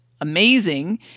amazing